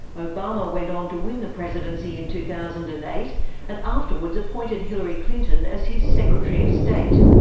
obama went on to win the presidency in two thousand and eight and afterwards appointed hillary clinton as his secretary of state.